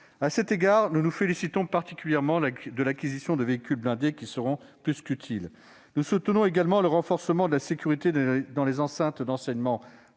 À ce titre, nous nous félicitons particulièrement de l'acquisition de véhicules blindés, qui seront plus qu'utiles. Nous soutenons également le renforcement de la sécurité dans les établissements d'enseignement